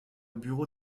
bureau